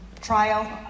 Trial